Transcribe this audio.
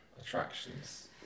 attractions